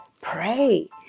Pray